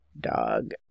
dog